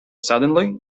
suddenly